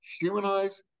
humanize